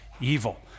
evil